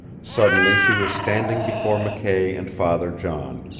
suddenly she was standing before mckay and father john,